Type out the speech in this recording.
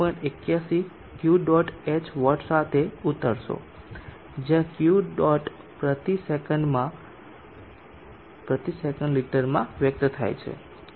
81 Q dot h watt સાથે ઉતરશો જ્યાં Q ડોટ પ્રતિ સેકંડ લિટરમાં વ્યક્ત થાય છે